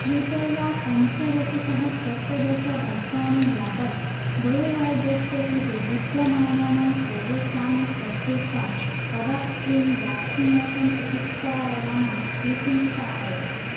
कृपया पञ्चदशतः सप्तदश वर्षाणि यावत् वयोवर्गस्य कृते विद्यमानानां सर्वेषां सशुल्कं कोवाक्सिन् व्याक्सिनेसन् चिकित्सालयानां सूचीं स्थापय